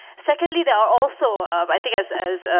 secondly there, are also, i think as as